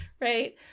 right